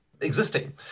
existing